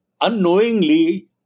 unknowingly